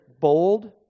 bold